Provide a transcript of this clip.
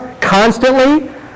constantly